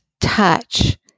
touch